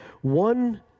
One